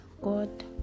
God